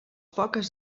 poques